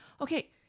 okay